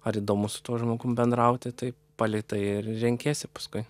ar įdomu su tuo žmogum bendrauti taip palei tai ir renkiesi paskui